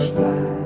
fly